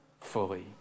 fully